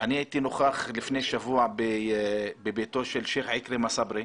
אני הייתי נוכח לפני שבוע בביתו של שייח' אכרם א סברי,